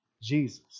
Jesus